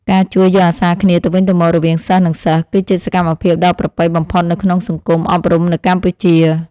ការជួយយកអាសាគ្នាទៅវិញទៅមករវាងសិស្សនិងសិស្ស គឺជាសកម្មភាពដ៏ប្រពៃបំផុតនៅក្នុងសង្គមអប់រំនៅកម្ពុជា។